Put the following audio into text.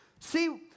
See